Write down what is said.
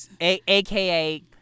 aka